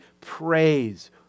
praise